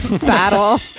battle